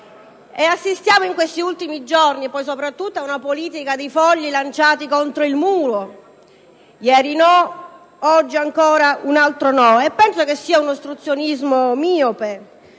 Assistiamo in questi ultimi giorni soprattutto ad una politica di fogli lanciati contro il muro. Ieri no, oggi ancora un altro no. Penso che sia un ostruzionismo miope